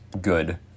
good